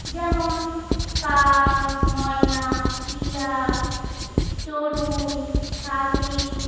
যেমন কাক ময়না টিয়া চড়ুই শালিক